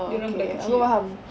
dorang budak kecil